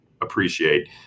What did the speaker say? appreciate